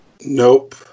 Nope